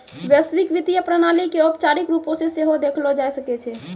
वैश्विक वित्तीय प्रणाली के औपचारिक रुपो से सेहो देखलो जाय सकै छै